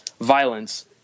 violence